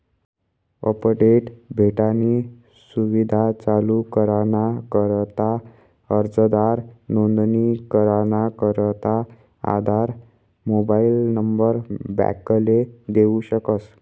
update भेटानी सुविधा चालू कराना करता अर्जदार नोंदणी कराना करता आधार मोबाईल नंबर बॅकले देऊ शकस